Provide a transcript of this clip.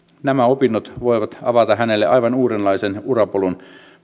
nämä opinnot voivat avata heille aivan uudenlaisen urapolun